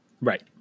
Right